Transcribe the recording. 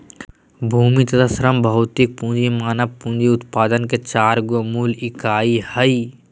भूमि तथा श्रम भौतिक पूँजी मानव पूँजी उत्पादन के चार गो मूल इकाई हइ